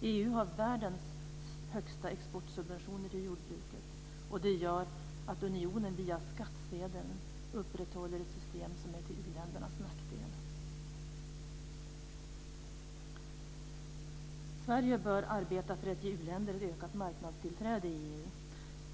EU har världens högsta exportsubventioner till jordbruket. Det gör att unionen via skattsedeln upprätthåller ett system som är till u-ländernas nackdel. Sverige bör arbeta för att ge u-länder ett ökat marknadstillträde i EU.